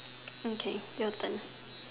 okay your turn